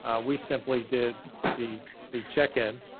ah we simply did the the check in.